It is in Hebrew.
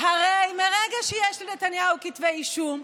הרי מרגע שיש לנתניהו כתבי אישום,